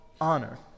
honor